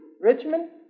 Richmond